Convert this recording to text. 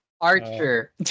Archer